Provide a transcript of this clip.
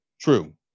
True